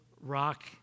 rock